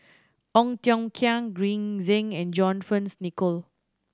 Ong Tiong Khiam Green Zeng and John Fearns Nicoll